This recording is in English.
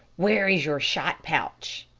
where is your shot-pouch?